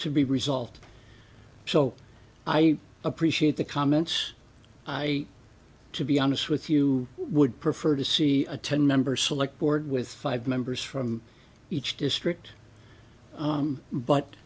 to be resolved so i appreciate the comments i to be honest with you would prefer to see a ten member select board with five members from each district